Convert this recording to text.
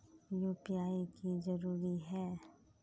UPI की जरूरी है?